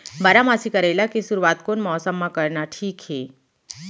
बारामासी करेला के शुरुवात कोन मौसम मा करना ठीक हे?